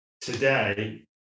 today